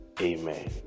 Amen